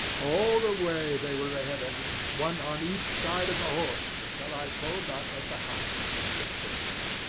all the way they were ahead of me, one on each side of the horse until i pulled up at the house in the brixton road.